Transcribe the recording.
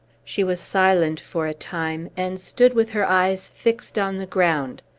she was silent for a time, and stood with her eyes fixed on the ground.